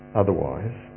otherwise